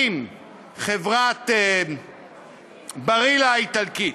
אם חברת "ברילה" האיטלקית,